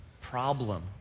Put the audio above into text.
problem